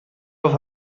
auf